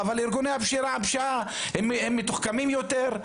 אבל ארגוני הפשיעה הם מתוחכמים יותר,